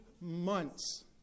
months